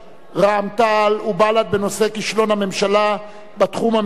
רע"ם-תע"ל ובל"ד בנושא: כישלון הממשלה בתחום המדיני,